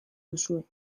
duzue